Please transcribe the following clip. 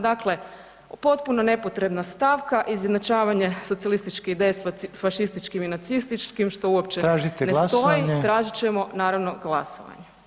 Dakle, potpuno nepotrebna stavka izjednačavanje socijalističke ideje s fašističkim i nacističkim što uopće ne stoji [[Upadica: Tražite glasovanje?]] tražit ćemo naravno glasovanje.